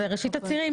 זה ראית הצירים.